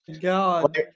God